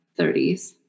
30s